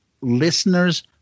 Listeners